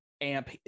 amp